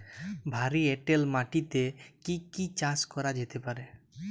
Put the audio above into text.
ভারী এঁটেল মাটিতে কি কি চাষ করা যেতে পারে?